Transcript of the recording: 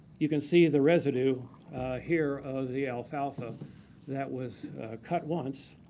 you can see the residue here of the alfalfa that was cut once.